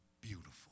beautiful